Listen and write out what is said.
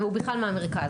אבל הילד בכלל מהמרכז.